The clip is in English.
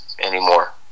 anymore